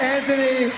Anthony